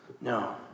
No